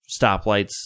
stoplights